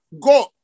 Go